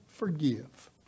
forgive